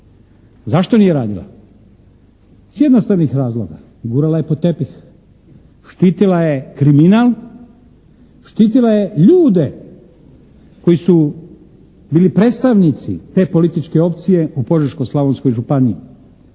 Zašto nije radila? Iz jednostavnog razloga. Gurala je pod tepih. Štitila je kriminal, štitila je ljude koji su bili predstavnici te političke opcije u Požeško-Slavonskoj županiji